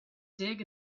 dig